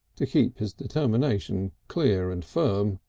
to keep his determination clear and firm.